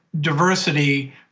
diversity